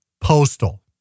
postal